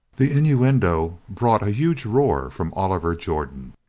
the innuendo brought a huge roar from oliver jordan.